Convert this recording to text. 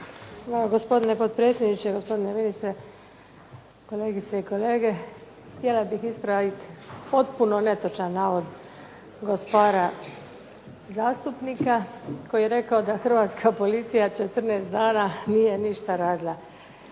gospodine potpredsjedniče, gospodine ministre, kolegice i kolege htjela bih ispraviti potpuno netočan navod gospara zastupnika koji je rekao da hrvatska policija 14 dana nije ništa radila.